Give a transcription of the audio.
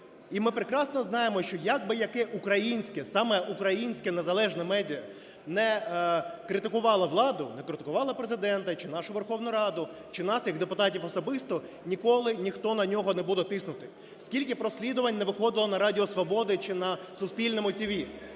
І ми прекрасно знаємо, що як би яке українське, саме українське незалежне медіа не критикувало владу, не критикувало Президента чи нашу Верховну Раду, чи нас як депутатів особисто, ніколи ніхто на нього не буде тиснути. Скільки б розслідувань не виходило на радіо "Свобода" чи на "Суспільному TV",